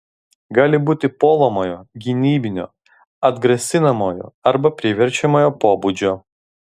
gali būti puolamojo gynybinio atgrasinamojo arba priverčiamojo pobūdžio